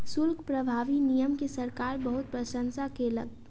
शुल्क प्रभावी नियम के सरकार बहुत प्रशंसा केलक